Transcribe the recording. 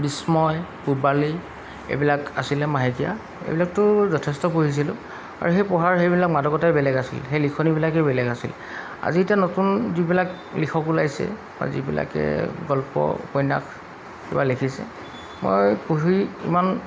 বিস্ময় পূবালী এইবিলাক আছিলে মাহেকীয়া এইবিলাকতো যথেষ্ট পঢ়িছিলোঁ আৰু সেই পঢ়াৰ সেইবিলাক মাদকতাই বেলেগ আছিল সেই লিখনিবিলাকেই বেলেগ আছিল আজি এতিয়া নতুন যিবিলাক লিখক ওলাইছে বা যিবিলাকে গল্প উপন্যাস কিবা লিখিছে মই পঢ়ি ইমান